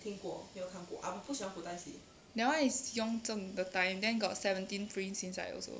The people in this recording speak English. that [one] is yong zheng 的 time then got seventeen prince inside also